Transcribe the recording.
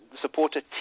supporter